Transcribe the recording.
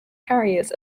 carriers